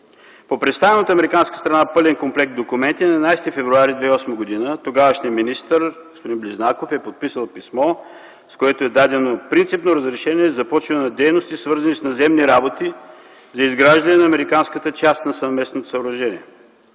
По представената от американска страна пълен комплект документи на 11 февруари 2008 г., тогавашният министър господин Близнаков е подписал писмо, с което е дадено принципно разрешение за започване на дейности, свързани с наземни работи за изграждане на американската част на съвместното съоръжение